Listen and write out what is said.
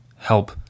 Help